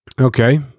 Okay